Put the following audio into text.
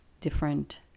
different